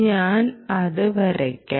ഞാൻ അത് വരയ്ക്കാം